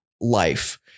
life